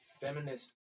feminist